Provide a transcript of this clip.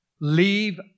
Leave